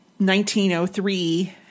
1903